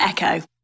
Echo